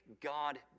God